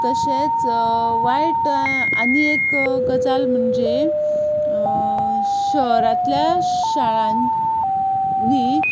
तशेंच वायट आनी एक गजाल म्हणजे शारांतल्या शाळांनी